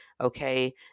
okay